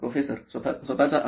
professor स्वतःचा अनुभव